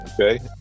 okay